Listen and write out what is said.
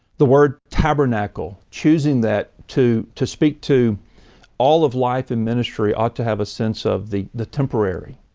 the word tabernacle, choosing that to to speak to all of life and ministry, ought to have a sense of the the temporary.